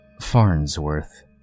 Farnsworth